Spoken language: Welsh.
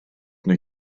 nhw